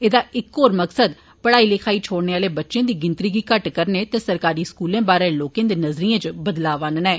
ऐदा इक होर मकसद पढ़ाई लिखाई छोड़ने आले बच्चें दी गिनतरी गी घट्ट करने ते सरकारी स्कूलें बारै लोकें दे नज़रिए इच बदलाव आनना ऐ